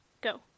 go